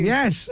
Yes